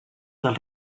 dels